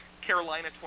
Carolina